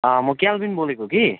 म केल्बिन बोलेको कि